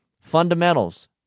Fundamentals